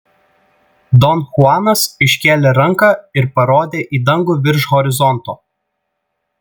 don chuanas iškėlė ranką ir parodė į dangų virš horizonto